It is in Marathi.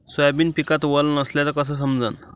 सोयाबीन पिकात वल नसल्याचं कस समजन?